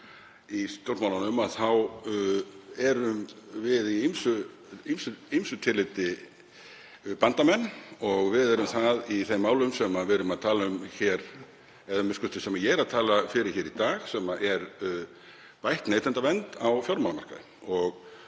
í stjórnmálunum þá erum við í ýmsu tilliti bandamenn. Við erum það í þeim málum sem við erum að tala um hér, eða a.m.k. sem ég er að tala fyrir hér í dag, sem er bætt neytendavernd á fjármálamarkaði.